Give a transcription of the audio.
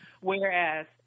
Whereas